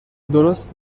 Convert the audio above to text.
درست